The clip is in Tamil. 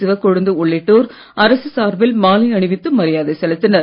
சிவக்கொழுந்து உள்ளிட்டோர் அரசு சார்பில் மாலை அணிவித்து மரியாதை செலுத்தினர்